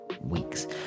weeks